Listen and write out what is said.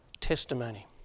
testimony